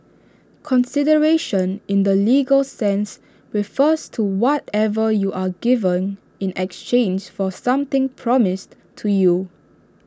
consideration in the legal sense refers to whatever you are given in exchange for something promised to you